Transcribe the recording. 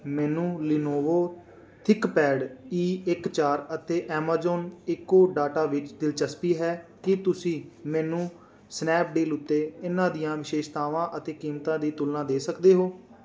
ਮੈਨੂੰ Lenovo ThinkPad E ਇੱਕ ਚਾਰ ਅਤੇ ਐਮੇਜ਼ਾਨ ਏਕੋ ਡਾਟਾ ਵਿੱਚ ਦਿਲਚਸਪੀ ਹੈ ਕੀ ਤੁਸੀਂ ਮੈਨੂੰ ਸਨੈਪਡੀਲ ਉੱਤੇ ਇਹਨਾਂ ਦੀਆਂ ਵਿਸ਼ੇਸ਼ਤਾਵਾਂ ਅਤੇ ਕੀਮਤਾਂ ਦੀ ਤੁਲਨਾ ਦੇ ਸਕਦੇ ਹੋ